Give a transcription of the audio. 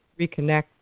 reconnect